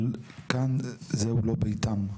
אבל כאן זהו לא ביתם,